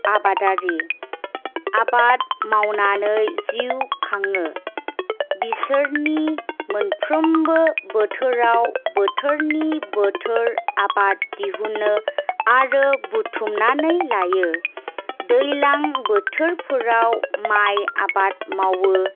आबादारि आबाद मावनानै जिउ खाङो बिसोरो मोनफ्रोमबो बोथोराव बोथोरनि बोथोर आबाद दिहुनो आरो बुथुमनानै लायो दैज्लां बोथोरफोराव माइ आबाद मावो